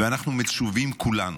ואנחנו מצווים כולנו,